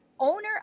owner